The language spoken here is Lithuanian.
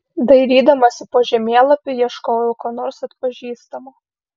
dairydamasi po žemėlapį ieškojau ko nors atpažįstamo